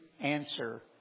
answer